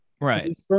Right